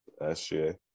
SGA